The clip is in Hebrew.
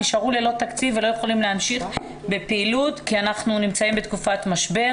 נשארו ללא תקציב ולא יכולים להמשיך בפעילות כי אנחנו בתקופת משבר.